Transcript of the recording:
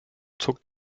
zuckt